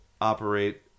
operate